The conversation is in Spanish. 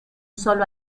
solo